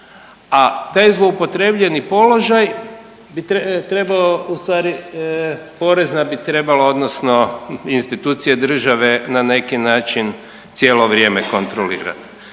a taj zloupotrijebljeni položaj bi trebao, ustvari porezna bi trebala odnosno institucije države na neki način cijelo vrijeme kontrolirat.